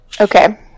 Okay